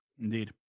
Indeed